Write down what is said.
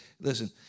Listen